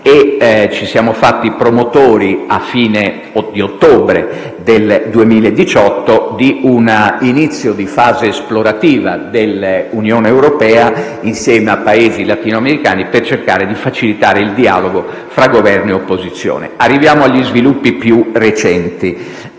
e si è fatta promotrice - a fine ottobre 2018 - di un inizio di fase esplorativa dell'Unione europea, insieme a Paesi latino-americani, per cercare di facilitare il dialogo tra Governo e opposizione. Arriviamo agli sviluppi più recenti.